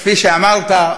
כפי שאמרת,